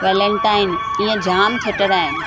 Valentine ईअं जाम theatre आहिनि